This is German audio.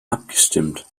abgestimmt